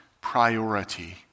priority